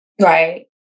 Right